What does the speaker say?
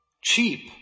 Cheap